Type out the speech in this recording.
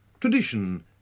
tradition